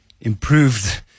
improved